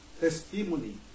testimony